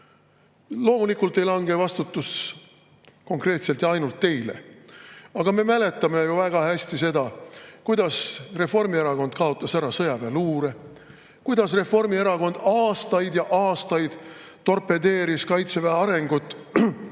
Loomulikult ei lange vastutus konkreetselt ja ainult teile. Aga me mäletame ju väga hästi seda, kuidas Reformierakond kaotas ära sõjaväeluure, kuidas Reformierakond aastaid ja aastaid torpedeeris Kaitseväe arengut sellega,